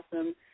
awesome